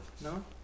No